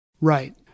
Right